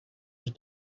was